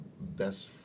best